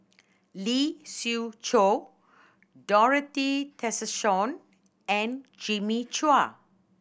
Lee Siew Choh Dorothy Tessensohn and Jimmy Chua